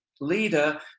leader